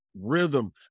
rhythm